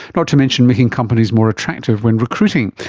not to mention making companies more attractive when recruiting.